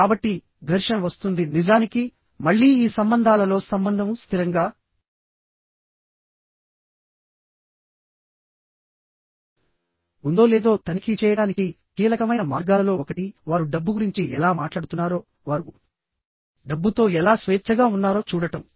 కాబట్టి ఘర్షణ వస్తుంది నిజానికి మళ్ళీ ఈ సంబంధాలలో సంబంధం స్థిరంగా ఉందో లేదో తనిఖీ చేయడానికి కీలకమైన మార్గాలలో ఒకటి వారు డబ్బు గురించి ఎలా మాట్లాడుతున్నారో వారు డబ్బుతో ఎలా స్వేచ్ఛగా ఉన్నారో చూడటం